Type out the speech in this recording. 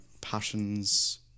passions